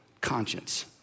conscience